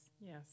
Yes